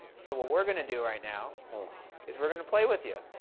so what we're gonna do right now is we're gonna play with you.